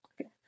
Okay